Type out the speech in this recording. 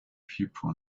people